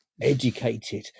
educated